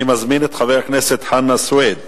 אני מזמין את חבר הכנסת חנא סוייד.